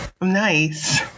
Nice